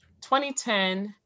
2010